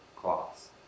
cloths